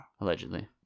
Allegedly